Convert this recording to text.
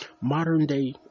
modern-day